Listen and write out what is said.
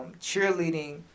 cheerleading